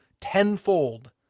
tenfold